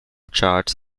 charts